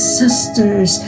sisters